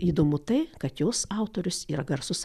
įdomu tai kad jos autorius yra garsus